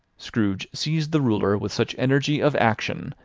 scrooge seized the ruler with such energy of action,